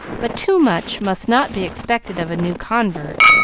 but too much must not be expected of a new convert,